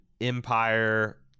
Empire